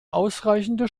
ausreichende